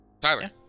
Tyler